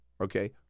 Okay